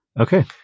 Okay